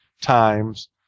times